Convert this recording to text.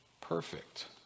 perfect